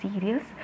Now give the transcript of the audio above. serious